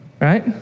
right